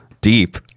deep